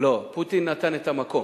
לא, פוטין נתן את המקום.